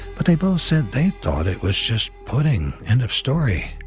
but they both said they thought it was just pudding, end of story.